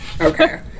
okay